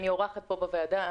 אני אורחת פה בוועדה.